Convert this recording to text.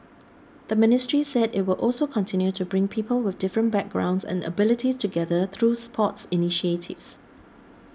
the ministry said it will also continue to bring people with different backgrounds and abilities together through sports initiatives